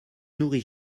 nourrit